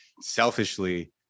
selfishly